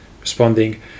responding